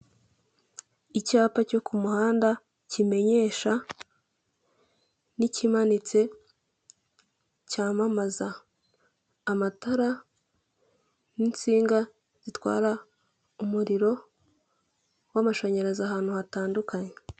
Icyapa cyo ku muhanda kimenyesha n'ikimanitse cyamamaza amatara n'insinga zitwara umuriro w'amashanyarazi ahantu hatandukanye .